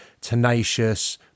tenacious